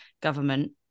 government